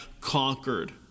conquered